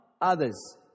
others